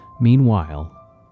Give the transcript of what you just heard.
Meanwhile